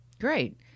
great